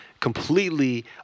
completely